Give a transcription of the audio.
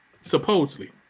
supposedly